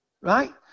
right